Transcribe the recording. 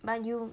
but you